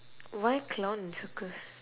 why clown and circus